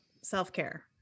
self-care